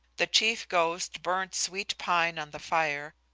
the chief ghost burned sweet pine on the fire,